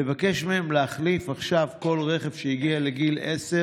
לבקש מהם להחליף עכשיו כל רכב שהגיע לגיל עשר